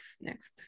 next